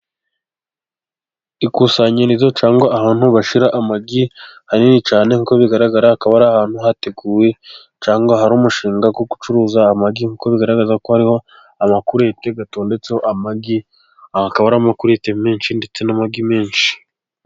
Ikusanyirizo cyangwa ahantu bashyira amagi hanini cyane, kuko bigaragara akaba ari ahantu hateguwe cyangwa hari umushinga wo gucuruza amagi, nk'uko bigaragara ko hariho amakurute atondetseho amagi, akaba ari amakurete menshi, ndetse n'amagi menshi.